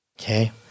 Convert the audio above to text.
Okay